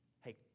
hey